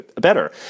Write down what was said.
better